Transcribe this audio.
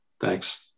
Thanks